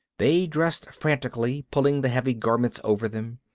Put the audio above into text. they dressed frantically, pulling the heavy garments over them.